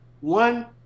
One